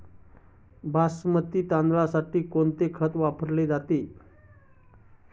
बासमती तांदळासाठी कोणते खत वापरले जाते?